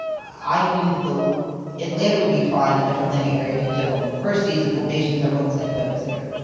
i knew that atlanta would be fine, the metro atlanta area, because you have all the universities, the foundations, everyone was going to focus there.